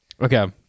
Okay